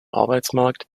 arbeitsmarkt